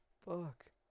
fuck